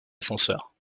ascenseurs